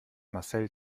marcel